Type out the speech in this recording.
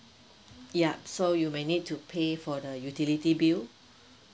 yup so you may need to pay for the utility bill